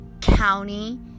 county